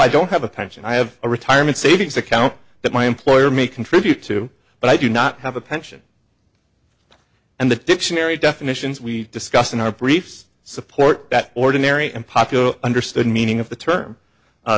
i don't have a pension i have a retirement savings account that my employer may contribute to but i do not have a pension and the dictionary definitions we discussed in our briefs support that ordinary and popular understood meaning of the term